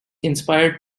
inspired